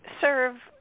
serve